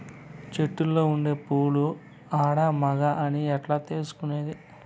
చెట్టులో ఉండే పూలు ఆడ, మగ అని ఎట్లా తెలుసుకునేది?